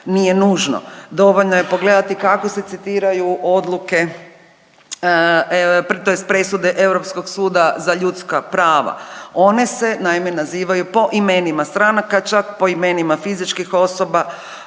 nije nužno, dovoljno je pogledati kako se citiraju odluke tj. presude Europskog suda za ljudska prava. One se naime nazivaju po imenima stranaka, čak po imenima fizičkih osoba,